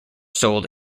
sold